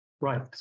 Right